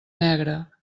negre